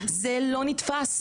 זה לא נתפס,